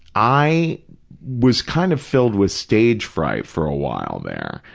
i was kind of filled with stage fright for a while there.